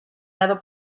lado